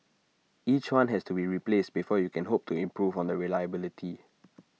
each one has to be replaced before you can hope to improve on the reliability